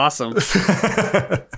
awesome